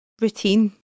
routine